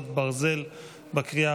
התקבלה.